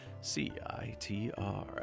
C-I-T-R